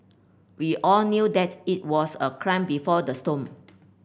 we all knew that's it was a calm before the storm